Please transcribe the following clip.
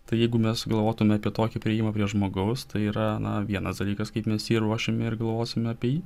tai jeigu mes galvotume apie tokį priėjimą prie žmogaus tai yra vienas dalykas kaip mes jį ruošim ir galvosim apie jį